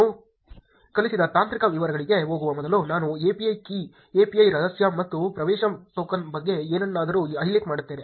ನಾನು ಕಲಿಸಿದ ತಾಂತ್ರಿಕ ವಿವರಗಳಿಗೆ ಹೋಗುವ ಮೊದಲು ನಾನು API ಕೀ API ರಹಸ್ಯ ಮತ್ತು ಪ್ರವೇಶ ಟೋಕನ್ ಬಗ್ಗೆ ಏನನ್ನಾದರೂ ಹೈಲೈಟ್ ಮಾಡುತ್ತೇನೆ